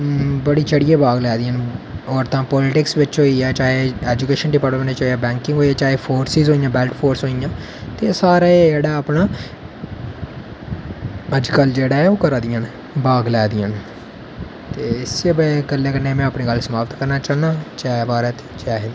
बड़ी चढ़ियै भाग लै दियां न औरतां पॉलटिक्स च होइया जां ऐजुकेशन डिपार्टमैंनट च होया बैंकिंग च होया चाहगे फोर्सिस च होइयां बैल्ट फोर्सिस च होइयां ते ओह् सारा जेह्ड़ा अपना अज्ज कल ओह् करा दियां न भाग लै दियां न ते इस्सै गल्लै कन्नै में अपनी गल्ल समाप्त करना चाह्न्ना जै हिन्द जै भारत